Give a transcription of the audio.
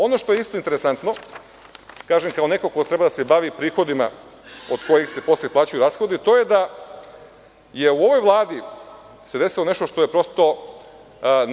Ono što je isto interesantno, kažem kao neko ko treba da se bavi prihodima od kojih se posle plaćaju rashod, to je da se u ovoj vladi desilo nešto neverovatno.